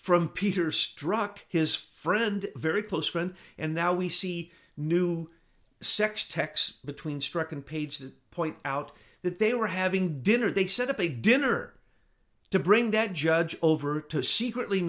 from peter struck his friend very close friend and now we see new sex texts between striken paid to point out that they were having dinner they set up a dinner to bring that judge over to secretly